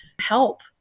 help